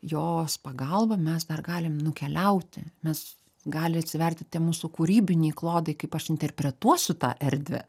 jos pagalba mes dar galim nukeliauti mes gali atsiverti tie mūsų kūrybiniai klodai kaip aš interpretuosiu tą erdvę